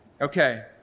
Okay